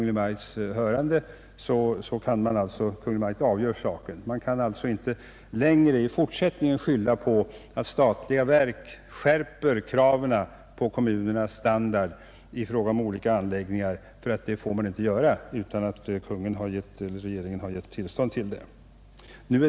Vi kan alltså i fortsättningen inte längre skylla på att statliga verk skärper kraven på kommunernas standard i fråga om olika anläggningar. Det får man inte göra utan att Kungl. Maj:t givit tillstånd därtill.